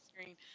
screen